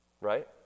Right